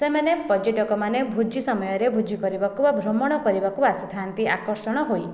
ସେମାନେ ପର୍ଯ୍ୟଟକ ମାନେ ଭୋଜି ସମୟରେ ଭୋଜି କରିବାକୁ ବା ଭ୍ରମଣ କରିବାକୁ ଆସିଥାନ୍ତି ଆକର୍ଷଣ ହୋଇ